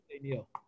neil